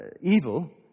evil